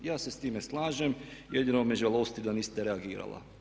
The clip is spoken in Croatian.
Ja se s time slažem, jedino me žalosti da niste reagirala.